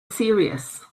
serious